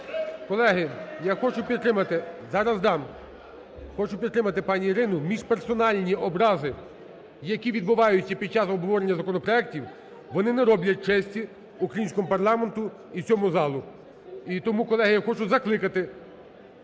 Колеги, я хочу підтримати пані Ірину. Між персональні образи, які відбуваються під час обговорення законопроектів, вони не роблять честі українському парламенту і цьому залу. І тому, колеги, я хочу закликати,